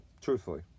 Truthfully